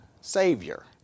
Savior